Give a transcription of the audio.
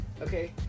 okay